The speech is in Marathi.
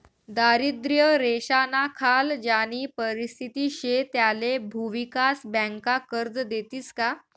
दारिद्र्य रेषानाखाल ज्यानी परिस्थिती शे त्याले भुविकास बँका कर्ज देतीस का?